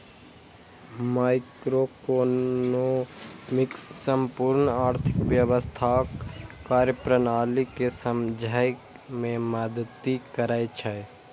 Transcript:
microeconomics संपूर्ण आर्थिक व्यवस्थाक कार्यप्रणाली कें समझै मे मदति करै छै